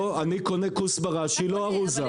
לא, אני קונה כוסברה שהיא לא ארוזה.